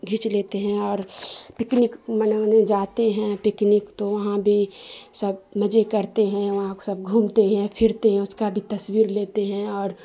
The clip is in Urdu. کھینچ لیتے ہیں اور پکنک منانے جاتے ہیں پکنک تو وہاں بھی سب مزے کرتے ہیں وہاں سب گھومتے ہیں پھرتے ہیں اس کا بھی تصویر لیتے ہیں اور